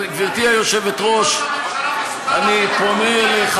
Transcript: גברתי היושבת-ראש, אם ראש